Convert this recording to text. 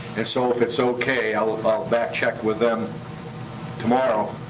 and so if it's okay, i will ah back check with them tomorrow.